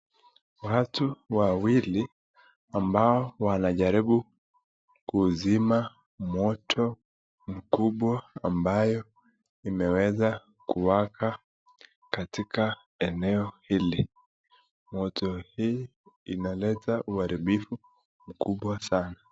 Watu wawili ambao wanajaribu kuzima moto mkubwa ambayo imeweza kuwaka katika eneo hili. Moto hii inaleta uharibifu mkubwa sana.